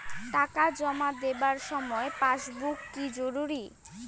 টাকা জমা দেবার সময় পাসবুক কি জরুরি?